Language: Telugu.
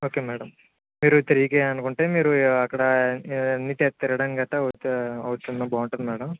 ఒకే మ్యాడం మీరు త్రీకి అనుకుంటే మీరు అక్కడ తిరగడం గట్టా అవుతూ అవుతుంది బాగుంటుంది మ్యాడం